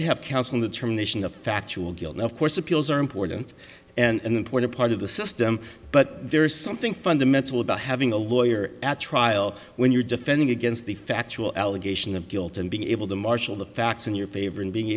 to have counsel on the termination of factual guilt of course appeals are important and important part of the system but there is something fundamental about having a lawyer at trial when you're defending against the factual allegation of guilt and being able to marshal the facts in your favor and being